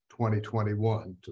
2021